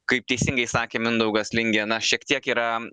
kaip teisingai sakė mindaugas lingė na šiek tiek yra